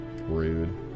Rude